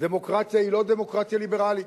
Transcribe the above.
דמוקרטיה היא לא דמוקרטיה ליברלית,